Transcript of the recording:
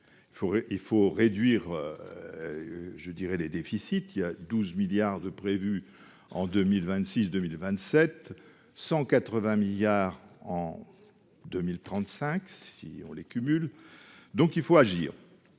il faut réduire je dirai les déficits, il y a 12 milliards de prévus en 2000 26 2027 180 milliards en 2035 si on les cumule donc il faut agir,